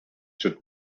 should